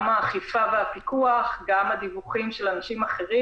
האכיפה והפיקוח וגם הדיווחים של אנשים אחרים.